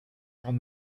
from